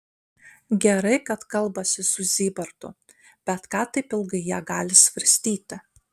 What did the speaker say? gerai kad kalbasi su zybartu bet ką taip ilgai jie gali svarstyti